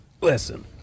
Listen